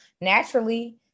naturally